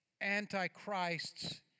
Antichrists